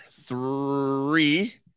three